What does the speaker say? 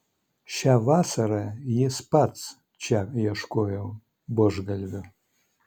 šią vasarą jis pats čia ieškojo buožgalvių